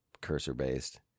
cursor-based